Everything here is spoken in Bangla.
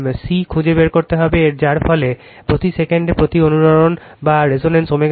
C খুঁজে বের করতে হবে যার ফলে প্রতি সেকেন্ডে একটি অনুরণন ω0 5000 রেডিয়ান হয়